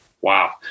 Wow